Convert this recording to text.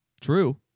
True